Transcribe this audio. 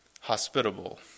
hospitable